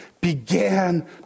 began